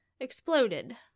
exploded